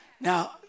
Now